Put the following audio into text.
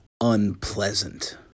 unpleasant